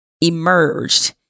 emerged